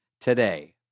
today